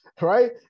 Right